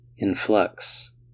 influx